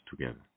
together